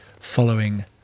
following